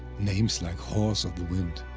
names like horse of the wind,